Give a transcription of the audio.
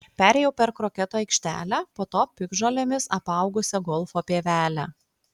perėjau per kroketo aikštelę po to piktžolėmis apaugusią golfo pievelę